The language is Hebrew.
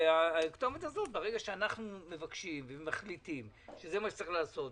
ברגע שאנחנו מבקשים ומחליטים שזה מה שצריך לעשות,